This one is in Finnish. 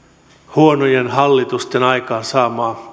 huonojen hallitusten aikaansaamaa